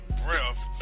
breath